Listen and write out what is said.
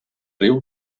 riu